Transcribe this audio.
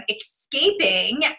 escaping